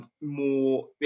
more